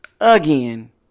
Again